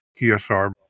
ESR